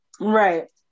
Right